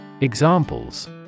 Examples